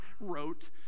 wrote